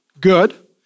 good